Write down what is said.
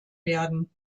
werden